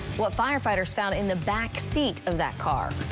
what firefighters found in the backseat of that car.